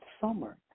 summer